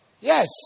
Yes